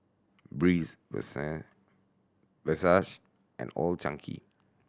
Breeze Versace and Old Chang Kee